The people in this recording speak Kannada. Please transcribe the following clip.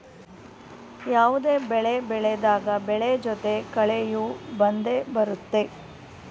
ಯಾವುದೇ ಬೆಳೆ ಬೆಳೆದಾಗ ಬೆಳೆ ಜೊತೆ ಕಳೆಯೂ ಬಂದೆ ಬರುತ್ತೆ